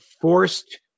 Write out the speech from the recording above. forced